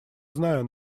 знаю